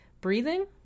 breathing